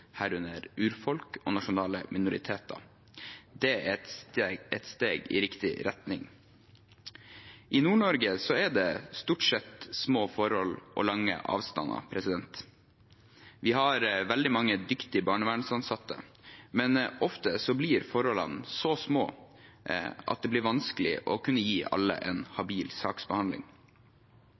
herunder urfolk og nasjonale minoriteter. Det er et steg i riktig retning. I Nord-Norge er det stort sett små forhold og lange avstander. Vi har veldig mange dyktige barnevernsansatte, men ofte blir forholdene så små at det blir vanskelig å kunne gi alle en habil saksbehandling.